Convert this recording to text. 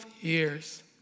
years